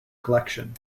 collection